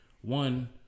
One